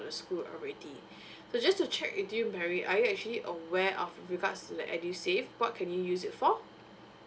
to the school already so just to check with you mary are you actually aware of with regards to the edusave what can you use it for